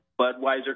Budweiser